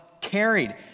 carried